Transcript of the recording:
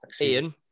Ian